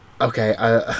Okay